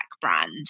brand